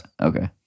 Okay